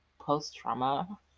post-trauma